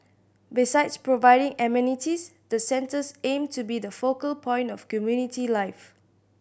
besides providing amenities the centres aim to be the focal point of community life